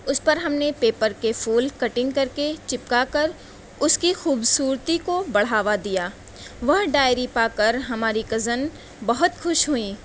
اس پر ہم نے پیپر کے پھول کٹنگ کر کے چپکا کر اس کی خوبصورتی کو بڑھاوا دیا وہ ڈائری پا کر ہماری کزن بہت خوش ہوئیں